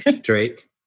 Drake